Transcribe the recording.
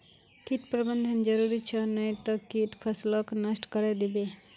कीट प्रबंधन जरूरी छ नई त कीट फसलक नष्ट करे दीबे